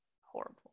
horrible